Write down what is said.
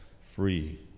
free